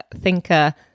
thinker